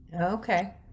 Okay